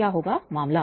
क्या होगा मामला